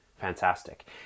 fantastic